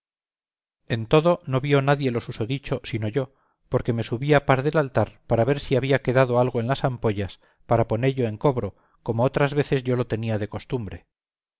en todo no vio nadie lo susodicho sino yo porque me subía par del altar para ver si había quedado algo en las ampollas para ponello en cobro como otras veces yo lo tenía de costumbre